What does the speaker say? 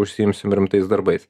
užsiimsim rimtais darbais